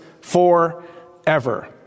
forever